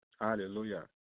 Hallelujah